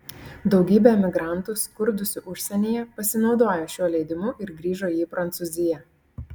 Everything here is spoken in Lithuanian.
daugybė emigrantų skurdusių užsienyje pasinaudojo šiuo leidimu ir grįžo į prancūziją